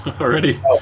already